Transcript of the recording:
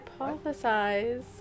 hypothesize